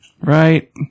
Right